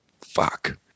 fuck